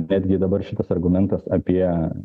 netgi dabar šitas argumentas apie